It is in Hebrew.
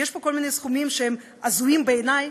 ויש פה כל מיני סכומים שהם הזויים בעיני,